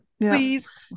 please